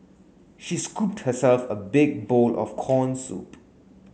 she scooped herself a big bowl of corn soup